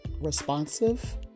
responsive